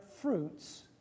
fruits